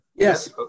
Yes